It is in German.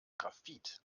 graphit